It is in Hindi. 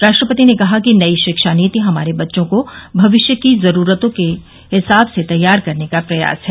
राष्ट्रपति ने कहा कि नई शिक्षा नीति हमारे बच्चों को भविष्य की जरूरतों के लिए तैयार करने का प्रयास है